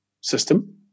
system